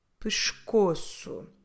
Pescoço